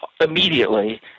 immediately